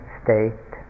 state